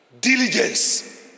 diligence